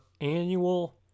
annual